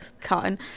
cotton